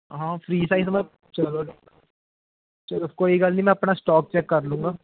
ਹਾਂ free size ਮੈਂ ਚਲੋ ਚਲੋ ਕੋਈ ਗੱਲ ਨਹੀਂ ਮੈਂ ਆਪਣਾ ਸਟੋਕ ਚੈੱਕ ਕਰ ਲਉਂਗਾ